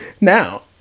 now